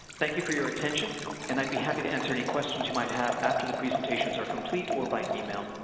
thank you for your attention and i'd be happy to answer any questions you might have after the presentations are complete, or by email.